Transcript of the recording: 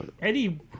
Eddie